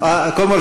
על כל פנים,